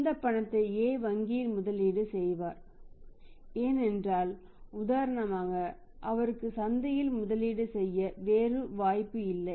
அந்த பணத்தை A வங்கியில் முதலீடு செய்வார் என்றால் உதாரணமாக அவருக்கு சந்தையில் முதலீடு செய்ய வேறு வாய்ப்பு இல்லை